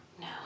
No